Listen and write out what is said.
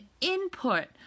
input